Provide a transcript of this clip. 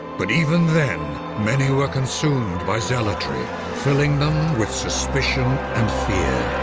but even then many were consumed by zealotry filling them with suspicion and fear